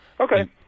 Okay